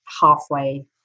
halfway